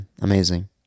amazing